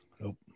Nope